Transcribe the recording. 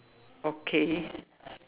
okay